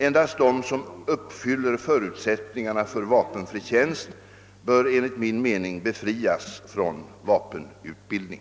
En dast de som uppfyller förutsättningarna för vapenfri tjänst bör enligt min mening befrias från vapenutbildning.